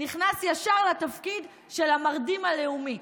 הוא נכנס ישר לתפקיד של המרדים הלאומי.